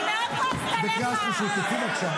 אני אוציא גם אותך?